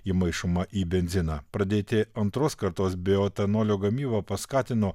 įmaišomą į benziną pradėti antros kartos bioetanolio gamybą paskatino